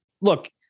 Look